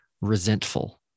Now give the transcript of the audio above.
resentful